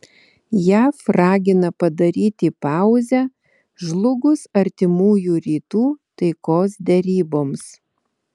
jav ragina padaryti pauzę žlugus artimųjų rytų taikos deryboms